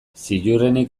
ziurrenik